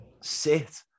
sit